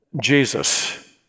Jesus